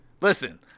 Listen